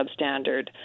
substandard